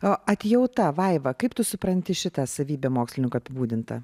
o atjauta vaiva kaip tu supranti šitą savybę mokslininkų apibūdintą